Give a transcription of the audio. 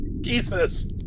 Jesus